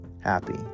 happy